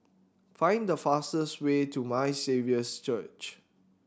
find the fastest way to My Saviour's Church